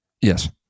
Yes